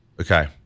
Okay